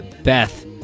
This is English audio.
Beth